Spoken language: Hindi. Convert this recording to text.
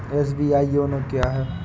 एस.बी.आई योनो क्या है?